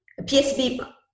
PSB